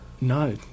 No